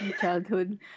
Childhood